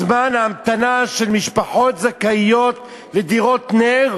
זמן ההמתנה של משפחות זכאיות לדירות נ"ר